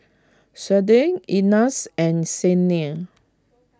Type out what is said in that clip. Shade Ignatz and Cyndi